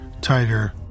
tighter